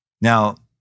Now